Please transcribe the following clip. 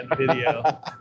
video